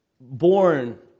born